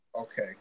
Okay